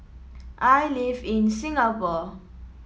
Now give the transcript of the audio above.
I live in Singapore